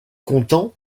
content